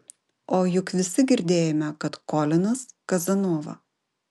o juk visi girdėjome kad kolinas kazanova